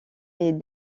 est